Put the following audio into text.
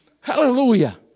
Hallelujah